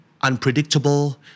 unpredictable